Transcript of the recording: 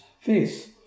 face